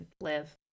live